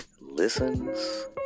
listens